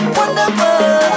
wonderful